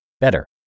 better